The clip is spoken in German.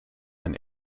ein